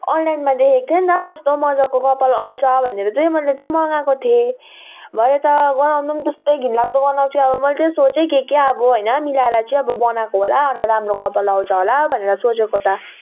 अनलाइनमा देखेको थिएँ अन्त कस्तो मजाको कपाल आउँछ भनेर चाहिँ मैले चाहिँ मगाएको थिएँ भरे त गनाउने नि त्यस्तै घिन लाग्दो गनाउँछ अब मैले त्यही सोचेँ के के अब होइन मिलाएर चाहिँ अब बनाएको होला अन्त राम्रो कपाल आउँछ होला भनेर सोचेको त